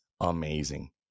amazing